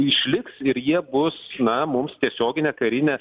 išliks ir jie bus na mums tiesioginę karinę